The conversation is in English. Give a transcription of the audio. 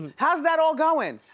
how's that all goin'?